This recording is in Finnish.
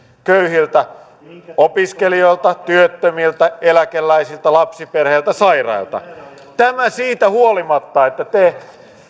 köyhiltä opiskelijoita työttömiltä eläkeläisiltä lapsiperheiltä sairailta tämä siitä huolimatta että te